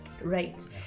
right